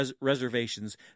reservations